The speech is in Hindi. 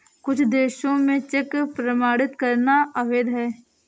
कुछ देशों में चेक प्रमाणित करना अवैध है